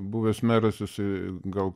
buvęs meras jisai gal